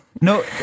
No